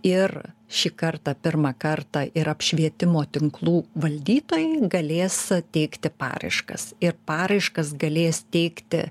ir šį kartą pirmą kartą ir apšvietimo tinklų valdytojai galės teikti paraiškas ir paraiškas galės teikti